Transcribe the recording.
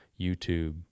youtube